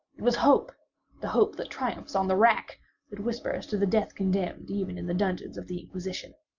it was hope the hope that triumphs on the rack that whispers to the death-condemned even in the dungeons of the inquisition.